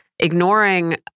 ignoring